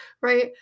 right